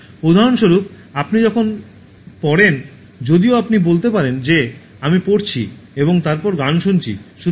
উদাহরণস্বরূপ আপনি যখন পড়েন যদিও আপনি বলতে পারেন যে আমি পড়ছি এবং তারপর গান শুনছি